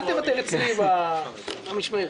מוניות השירות הוא בבעיה.